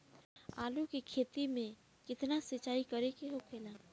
आलू के खेती में केतना सिंचाई करे के होखेला?